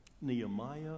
Nehemiah